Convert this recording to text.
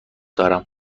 دارم